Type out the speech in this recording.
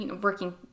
working